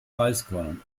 reiskörnern